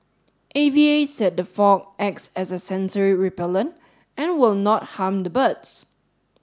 A V A said the fog acts as a sensory repellent and will not harm the birds